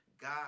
God